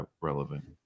relevant